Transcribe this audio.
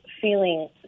feeling